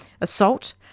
assault